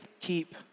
keep